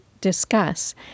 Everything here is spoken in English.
discuss